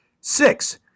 Six